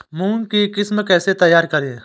मूंग की किस्म कैसे तैयार करें?